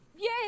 Yay